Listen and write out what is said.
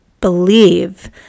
believe